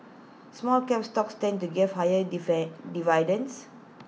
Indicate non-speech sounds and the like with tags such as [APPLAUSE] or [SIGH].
small cap stocks tend to gave higher [UNINTELLIGIBLE] dividends